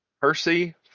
Percy